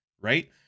Right